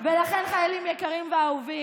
ולכן, חיילים יקרים ואהובים,